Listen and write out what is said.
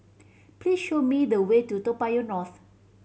please show me the way to Toa Payoh North